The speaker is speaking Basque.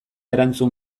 erantzun